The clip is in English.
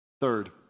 Third